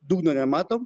dugno nematom